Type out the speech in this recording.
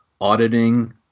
auditing